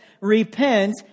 Repent